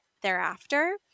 thereafter